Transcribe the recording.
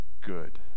good